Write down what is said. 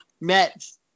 Mets